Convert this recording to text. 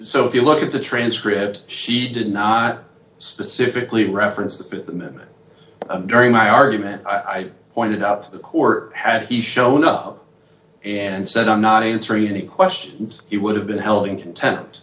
so if you look at the transcript she did not specifically reference the th amendment during my argument i pointed out to the court had he shown up and and said i'm not answering any questions it would have been held in conte